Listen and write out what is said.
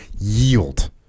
yield